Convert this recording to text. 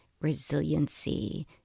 resiliency